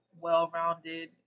well-rounded